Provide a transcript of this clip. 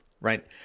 right